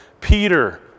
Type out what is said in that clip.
Peter